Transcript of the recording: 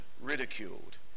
ridiculed